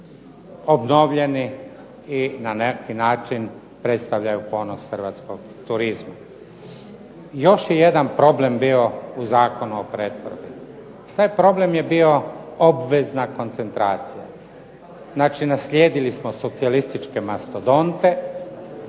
obnovljeni i na neki način predstavljaju ponos Hrvatskog turizma. Još je jedan problem bio u Zakonu o pretvorbi, taj problem je bio obvezna koncentracija. Znači naslijedili smo socijalističke mastodonte,